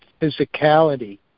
physicality